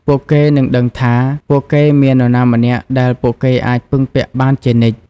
ពួកគេនឹងដឹងថា ពួកគេមាននរណាម្នាក់ដែលពួកគេអាចពឹងពាក់បានជានិច្ច។